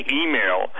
email